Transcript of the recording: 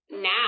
now